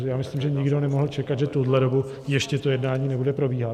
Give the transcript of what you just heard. Já myslím, že nikdo nemohl čekat, že v tuhle dobu ještě to jednání nebude probíhat.